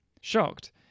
Shocked